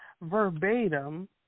verbatim